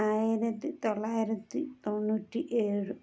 ആയിരത്തി തൊള്ളായിരത്തി തൊണ്ണൂറ്റി ഏഴ്